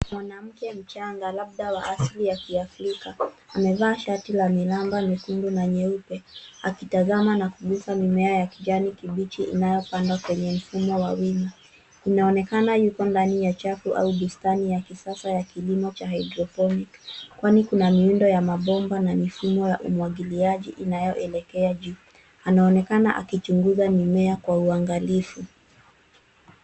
Mwanamke mchanga labda wa asli ya kiaflika amevaa shati la milamba miekundu na nyeupe akitazama na kugusa mimea ya kijani kibichi inayopandwa kwa mfumo wa wino. Inaonekana yuko ndani ya chafu au bustani ya usasa ya kilimo cha hydroponic, kwani kuna miundo ya mabomba na mifumo ya umwagiliaji inayoelekea ju. Anaonekana akichunguza mimea kwa uangalifu.